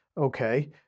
Okay